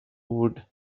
would